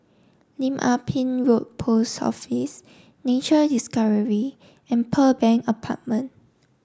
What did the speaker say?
Lim Ah Pin Road Post Office Nature Discovery and Pearl Bank Apartment